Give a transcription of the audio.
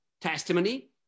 testimony